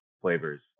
flavors